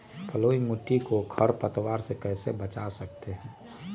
बलुई मिट्टी को खर पतवार से कैसे बच्चा सकते हैँ?